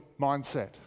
mindset